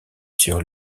sur